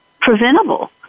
preventable